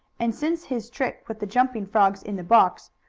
and since his trick with the jumping frogs, in the box,